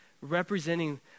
representing